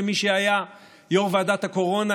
כמי שהיה יו"ר ועדת הקורונה.